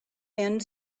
end